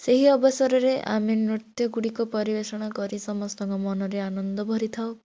ସେହି ଅବସରରେ ଆମେ ନୃତ୍ୟଗୁଡ଼ିକ ପରିବେଷଣ କରି ସମସ୍ତଙ୍କ ମନରେ ଆନନ୍ଦ ଭରିଥାଉ